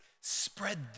spread